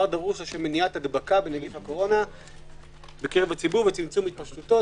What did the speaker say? דרוש לשם מניעת הדבקה בנגיף הקורונה בקרב הציבור וצמצום התפשטותו,